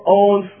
own